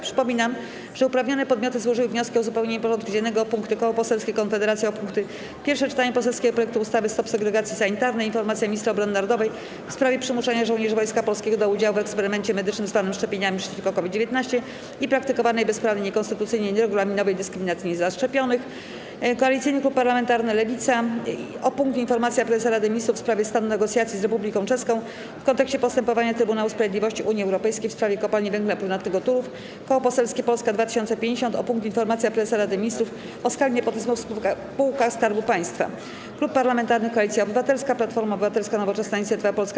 Przypominam, że uprawnione podmioty złożyły wnioski o uzupełnienie porządku dziennego: - Koło Poselskie Konfederacja o punkty: - Pierwsze czytanie poselskiego projektu ustawy Stop segregacji sanitarnej, - Informacja Ministra Obrony Narodowej w sprawie przymuszania żołnierzy Wojska Polskiego do udziału w eksperymencie medycznym zwanym szczepieniami przeciwko COVID-19 i praktykowanej bezprawnej, niekonstytucyjnej, nieregulaminowej dyskryminacji niezaszczepionych; - Koalicyjny Klub Parlamentarny Lewicy (Nowa Lewica, PPS, Razem) o punkt: - Informacja Prezesa Rady Ministrów w sprawie stanu negocjacji z Republiką Czeską w kontekście postępowania Trybunału Sprawiedliwości Unii Europejskiej w sprawie Kopalni Węgla Brunatnego Turów; - Koło Poselskie Polska 2050 o punkt: - Informacja Prezesa Rady Ministrów o skali nepotyzmu w spółkach skarbu państwa; - Klub Parlamentarny Koalicja Obywatelska - Platforma Obywatelska, Nowoczesna, Inicjatywa Polska,